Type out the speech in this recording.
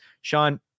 Sean